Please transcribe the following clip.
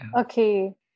Okay